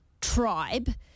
tribe